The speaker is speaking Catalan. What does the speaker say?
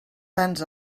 tants